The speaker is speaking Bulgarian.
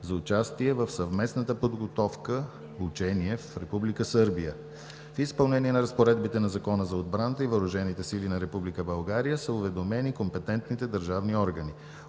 за участие в съвместната подготовка – учения в Република Сърбия. В изпълнение на разпоредбите на Закона за отбраната и въоръжение сили на Република България са уведомени компетентните държавни органи.